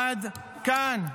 עד כאן,